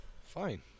Fine